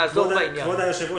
כבוד היושב-ראש,